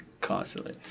constantly